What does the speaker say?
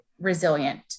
resilient